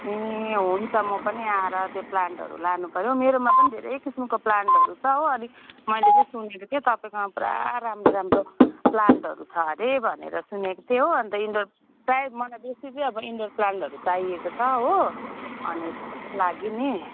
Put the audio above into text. ए हुन्छ म पनि आएर त्यो प्लान्टहरू लानुपर्यो मेरोमा पनि धेरै किसिमको प्लान्टहरू छ हो अलिक मैले चाहिँ सुनेको थिएँ तपाईँकोमा पुरा राम्रो राम्रो प्लान्टहरू छ अरे भनेर सुनेको थिएँ हो अनि त इन्डोर प्रायः मलाई बेसी चैँ अब इन्डोर प्लान्टहरू चाहिएको छ हो अनि लागि नि